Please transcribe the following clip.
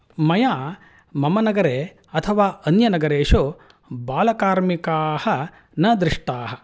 मया मम नगरे अथवा अन्यनगरेषु बालकार्मिकाः न दृष्टाः